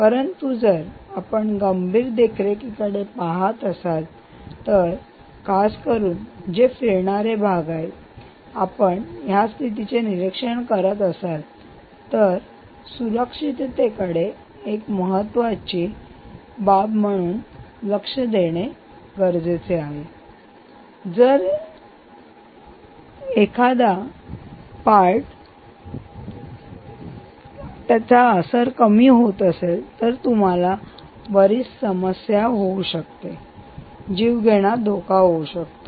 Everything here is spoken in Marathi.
परंतु जर आपण गंभीर देखरेखीकडे पहात असाल तर खासकरुन जर फिरणारे भाग आहेत आणि आपण या स्थितीचे निरीक्षण करीत असाल तर आपल्याला सुरक्षिततेकडे एक अत्यंत महत्वाची आवश्यकता म्हणून पहावे लागेल कारण जर एखादा असर कमी झाला तर तुम्हाला बरीच समस्या येऊ शकतात जीवघेणा धोका असू द्या